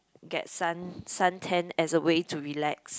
get sun suntan as a way to relax